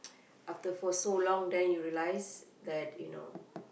after for so long then you realise that you know